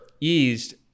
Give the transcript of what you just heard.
eased